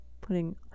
putting